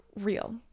real